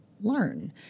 learn